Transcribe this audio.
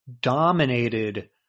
dominated